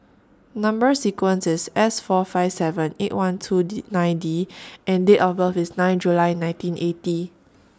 Number sequence IS S four five seven eight one two D nine D and Date of birth IS nine July nineteen eighty